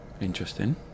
Interesting